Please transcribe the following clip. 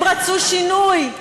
הם רצו שינוי,